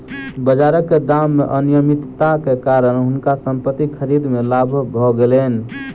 बाजारक दाम मे अनियमितताक कारणेँ हुनका संपत्ति खरीद मे लाभ भ गेलैन